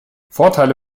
vorteile